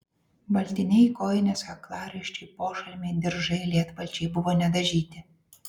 baltiniai kojinės kaklaraiščiai pošalmiai diržai lietpalčiai buvo nedažyti